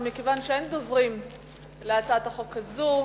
מכיוון שאין דוברים בהצעת החוק הזאת,